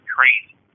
Crazy